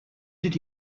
did